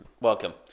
welcome